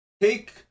Take